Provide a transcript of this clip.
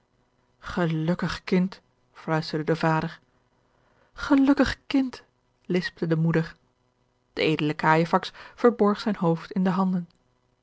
grelukkig kind fluisterde de vader grelukkig kind lispte de moeder de edele cajefax verborg zijn hoofd in de handen